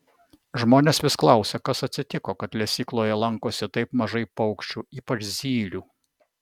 žmonės vis klausia kas atsitiko kad lesykloje lankosi taip mažai paukščių ypač zylių